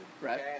Right